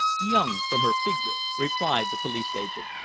young from her figure, replied the police agent.